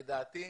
לדעתי,